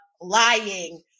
lying